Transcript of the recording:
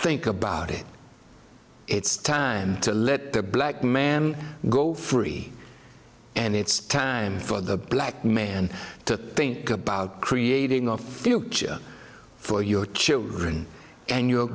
think about it it's time to let the black man go free and it's time for the black man to think about creating a future for your children and your